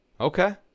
Okay